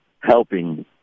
Helping